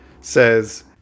says